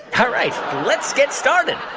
all right, let's get started.